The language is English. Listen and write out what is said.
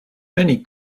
many